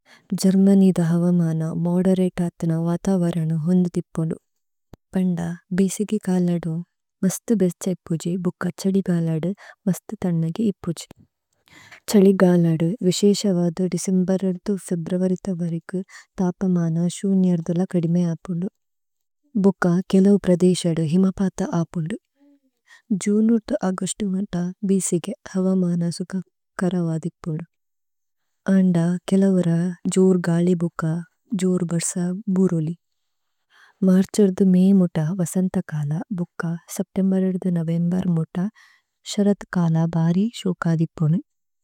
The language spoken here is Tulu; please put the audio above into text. ഗേര്മന്യ്ദ ഹവമന മോദേരതത്ന വതവരനു ഹോന്ദിപുദു। പേന്ദ, ബിസിഗിക് അലദു, മസ്തു ബേസ്ഛൈപുജി, ബുക ഛദിഗലദു, മസ്തു ഥന്നഗേ ഇപുജി। ഛ്ഹദിഗലദു, വിസീശവദു ദിസിമ്ബരദു ഫേബ്രുഅരിഥ വരേകു, തപമന പൂജ്യം യര്ദുല കദിമേ അപുന്ദു। ഭുക കേലുവ് പ്രദേശദു ഹിമപഥ അപുന്ദു। ജുനുര്തു-അഗുസ്തുമത ബിസിഗേ ഹവമന സുക കരവദിപുദു। അന്ദ, കേലവര, ജോര് ഗാലി ബുക, ജോര് ബര്സ, ബുരുലി। മര്ഛദു മേ മുത, വസന്ത കല, ബുക, സേപ്തേമ്ബേരദു നോവേമ്ബര് മുത, ശരദ് കല, ബരി, സുകദിപുദു।